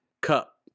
cup